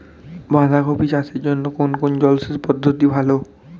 বাঁধাকপি চাষের জন্য কোন জলসেচ পদ্ধতিটি ভালো?